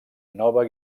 nova